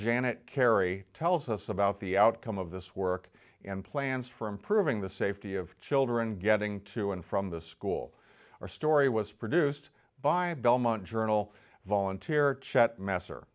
janet carey tells us about the outcome of this work in plans for improving the safety of children getting to and from the school our story was produced by belmont journal volunteer chat master